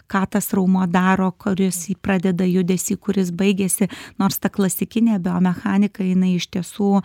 ką tas raumuo daro kuris pradeda judesį kur jis baigiasi nors ta klasikinė biomechanika jinai iš tiesų